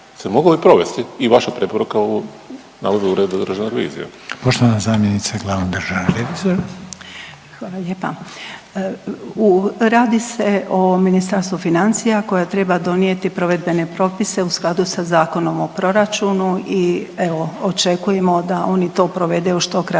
se mogao i provesti i vaša preporuka u nalazu Državne revizije. **Reiner, Željko (HDZ)** Poštovana zamjenica glavnog državnog revizora. **Rogošić, Nediljka** Radi se o Ministarstvu financija koje treba donijeti provedbene propise u skladu sa Zakonom o proračunu. I evo, očekujemo da oni to provede u što kraćem